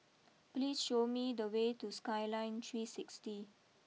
please show me the way to Skyline three sixty